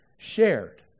shared